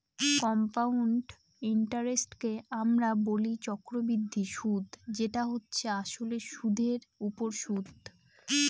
compound ইন্টারেস্টকে আমরা বলি চক্রবৃদ্ধি সুদ যেটা হচ্ছে আসলে সুধের ওপর সুদ